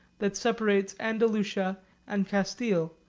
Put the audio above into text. that separates andalusia and castille,